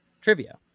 trivia